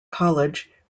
college